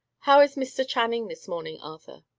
how is mr. channing this morning, arthur?